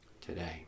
today